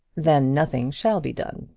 then nothing shall be done.